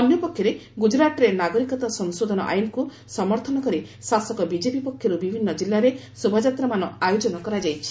ଅନ୍ୟ ପକ୍ଷରେ ଗୁଜରାଟରେ ନାଗରିକତା ସଂଶୋଧନ ଆଇନ୍କୁ ସମର୍ଥନ କରି ଶାସକ ବିଜେପି ପକ୍ଷରୁ ବିଭିନ୍ନ କିଲ୍ଲାରେ ଶୋଭାଯାତ୍ରାମାନ ଆୟୋଜନ କରାଯାଇଛି